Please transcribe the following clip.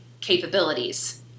capabilities